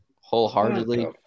wholeheartedly